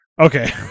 Okay